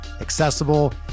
accessible